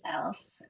else